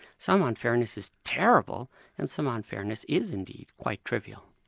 some unfairness is terrible and some unfairness is indeed quite trivial.